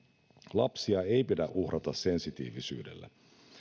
lapsia ei pidä uhrata sensitiivisyydelle